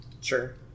sure